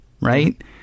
Right